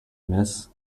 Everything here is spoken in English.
miss